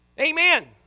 Amen